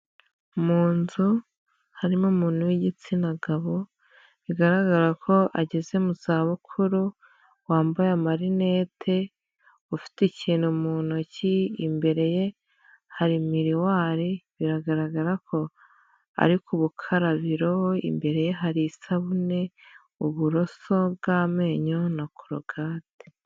Mu nzu harimo umuntu w'igitsina gabo bigaragara ko ageze mu za bukuru, wambaye marinete ufite ikintu mu ntoki, imbere ye hari miriwari, biragaragara ko ari ku bukarabiro, imbere ye hari isabune, uburoso bw'amenyo na korogate.